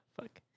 fuck